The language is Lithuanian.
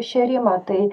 šėrimą tai